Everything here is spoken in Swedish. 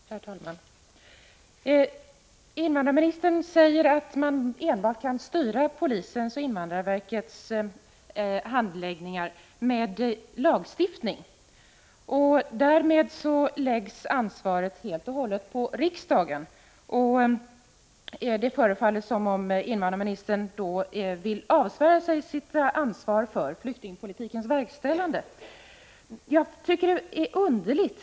Herr talman! Invandrarministern säger att man kan styra polisens och invandrarverkets handläggning enbart med lagstiftning, och därmed läggs ansvaret helt och hållet på riksdagen. Det förefaller som om invandrarministern vill avsvära sig sitt ansvar för flyktingpolitikens verkställande. Jag tycker att detta är underligt.